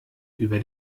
über